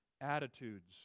attitudes